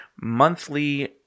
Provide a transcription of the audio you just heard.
monthly